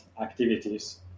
activities